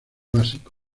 básico